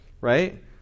right